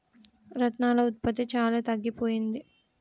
రత్నాల ఉత్పత్తి చాలా తగ్గిపోయింది